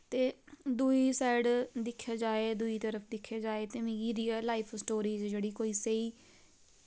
ते दुई साईड दिखेआ जाए दुई तरफ दिखेआ जाए ते मिगी रेयल लाईफ स्टोरीस जेह्ड़ी कोई स्हेई